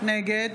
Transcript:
נגד